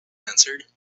answered